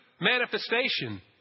manifestation